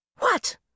What